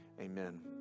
amen